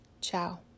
Ciao